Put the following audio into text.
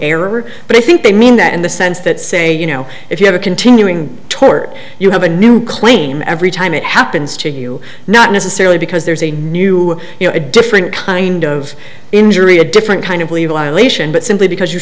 error but i think they mean that in the sense that say you know if you have a continuing tort you have a new claim every time it happens to you not necessarily because there's a new you know a different kind of injury a different kind of levi lation but simply because you're